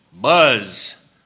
buzz